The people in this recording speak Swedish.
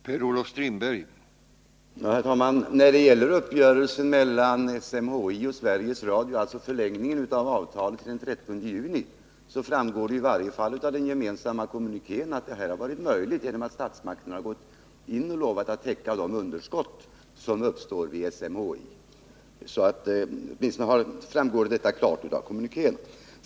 Herr talman! När det gäller uppgörelsen mellan SMHI och Sveriges Radio, alltså förlängningen av avtalet till den 30 juni 1980, framgår det i varje fall av den gemensamma kommunikén att det här har varit möjligt genom att statsmakterna har gått in och lovat täcka de underskott som uppstår vid SMHI. Åtminstone framgår detta klart av kommunikén.